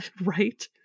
right